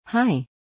Hi